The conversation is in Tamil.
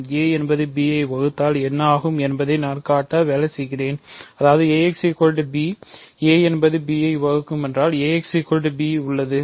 a என்பது b ஐ வகுத்தால் என்ன ஆகும் என்பதை நான் காட்ட வேலை செய்கிறேன் அதாவது ax b a என்பது b ஐ வகுக்கும் என்றால் ax b உள்ளது